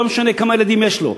לא משנה כמה ילדים יש לו.